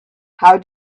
how